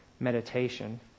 Meditation